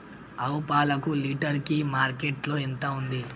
ఆవు పాలకు లీటర్ కి మార్కెట్ లో ఎంత ఉంది?